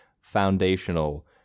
foundational